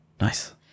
Nice